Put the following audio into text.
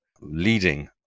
Leading